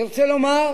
אני רוצה לומר